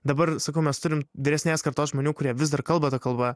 dabar sakau mes turim vyresnės kartos žmonių kurie vis dar kalba ta kalba